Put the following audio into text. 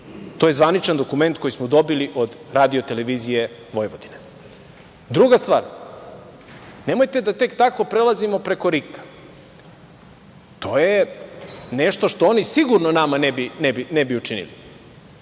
To je zvaničan dokument koji smo dobili od Radio-televizije Vojvodine. Drugo, nemojte da tek tako prelazimo preko RIK-a. To je nešto što oni sigurno nama ne bi učinili.